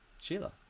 Sheila